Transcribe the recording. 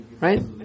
right